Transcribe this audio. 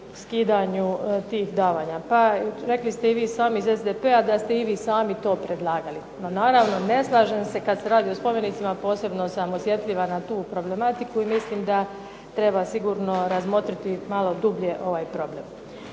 skidanju tih davanja. Pa rekli ste i vi sami iz SDP-a da ste i vi sami to predlagali. No, naravno ne slažem se kada se radi o spomenicima, posebno sam osjetljiva na tu problematiku i mislim da treba sigurno razmotriti malo dublje ovaj problem.